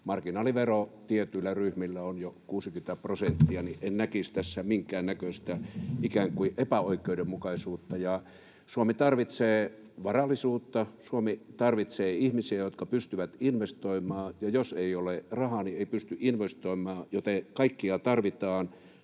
marginaalivero tietyillä ryhmillä on jo 60 prosenttia, niin en näkisi tässä minkään näköistä ikään kuin epäoikeudenmukaisuutta. Suomi tarvitsee varallisuutta. Suomi tarvitsee ihmisiä, jotka pystyvät investoimaan. Jos ei ole rahaa, ei pysty investoimaan, joten kaikkia tarvitaan,